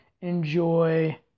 enjoy